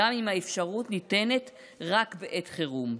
גם אם האפשרות ניתנת רק בעת חירום?